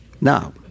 now